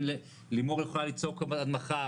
לימור יכולה לצעוק עד מחר,